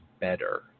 better